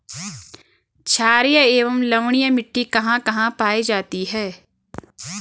छारीय एवं लवणीय मिट्टी कहां कहां पायी जाती है?